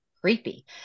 creepy